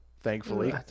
thankfully